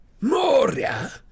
Moria